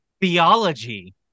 theology